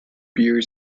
beer